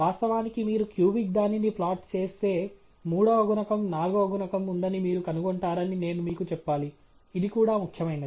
వాస్తవానికి మీరు క్యూబిక్ దానిని ప్లాట్ చేస్తే మూడవ గుణకం నాల్గవ గుణకం ఉందని మీరు కనుగొంటారని నేను మీకు చెప్పాలి ఇది కూడా ముఖ్యమైనది